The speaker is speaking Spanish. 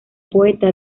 poeta